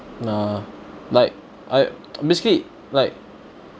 nah like I basically like